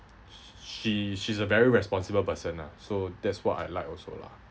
she she's a very responsible person ah so that's why I like also lah